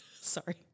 Sorry